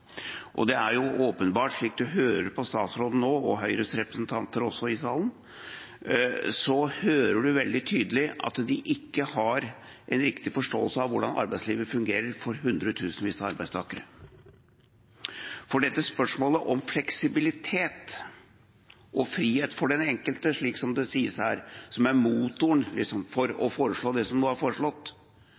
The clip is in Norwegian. Det er det som egentlig ligger i det. Det er åpenbart. Slik man nå hører statsråden og Høyres representanter i salen, er det veldig tydelig at de ikke har en riktig forståelse av hvordan arbeidslivet fungerer for hundretusenvis av arbeidstakere. Dette spørsmålet om fleksibilitet og frihet for den enkelte, slik som det sies her, som liksom er motoren for å foreslå det som nå er foreslått,